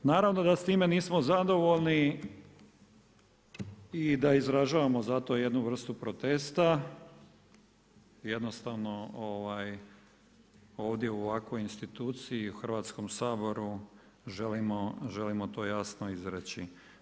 Naravno da s time nismo zadovoljni i da izražavamo zato jednu vrstu protesta, jednostavno ovdje u ovakvoj instituciji u Hrvatskom saboru želimo to jasno izreći.